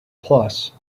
plus